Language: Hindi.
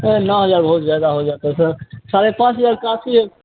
ये नौ हज़र बहुत ज़्यादा हो जाता है सर साढ़े पाँच हज़ार काफ़ी है